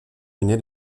mené